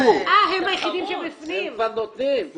הם כבר נותנים.